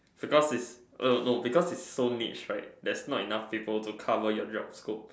because it's uh no because it is so niche right there's not enough people to cover your job scope